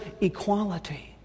equality